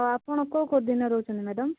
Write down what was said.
ଆଉ ଆପଣ କେଉଁ କେଉଁ ଦିନ ରହୁଛନ୍ତି ମ୍ୟାଡ଼ାମ୍